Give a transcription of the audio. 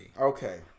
Okay